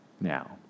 now